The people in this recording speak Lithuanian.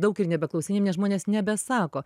daug ir nebeklausinėjam nes žmonės nebesako